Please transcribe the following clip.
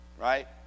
right